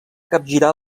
capgirar